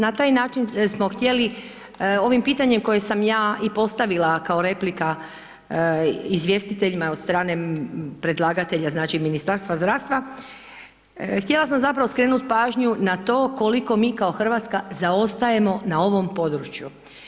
Na taj način smo htjeli, ovim pitanjem koje sam ja i postavila kao replika izvjestiteljima od strane predlagatelja znači Ministarstva zdravstva, htjela sam zapravo skrenut pažnju na to koliko mi kao Hrvatska zaostajemo na ovom području.